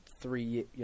three